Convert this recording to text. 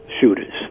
shooters